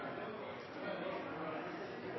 forslag har ei